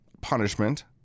punishment